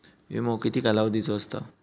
विमो किती कालावधीचो असता?